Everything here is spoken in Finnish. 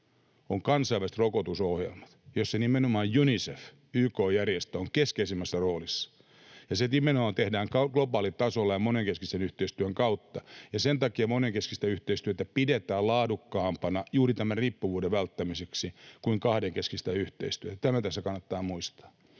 kansainväliset rokotusohjelmat, missä nimenomaan Unicef, YK-järjestö, on keskeisimmässä roolissa. Sitä nimenomaan tehdään globaalitasolla ja monenkeskisen yhteistyön kautta, ja sen takia monenkeskistä yhteistyötä pidetään laadukkaampana juuri tämän riippuvuuden välttämiseksi kuin kahdenkeskistä yhteistyötä. Tämä tässä kannattaa muistaa.